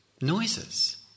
noises